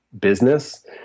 business